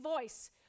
voice